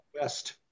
west